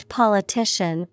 politician